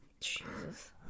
Jesus